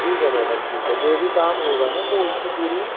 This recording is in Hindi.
ठीक है मैडम ठीक है जो भी काम होगा ना तो उसकी पूरी